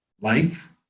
life